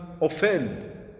offend